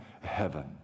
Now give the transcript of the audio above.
heaven